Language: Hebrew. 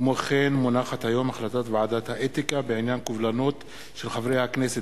החלטת ועדת האתיקה בעניין קובלנות של חברי הכנסת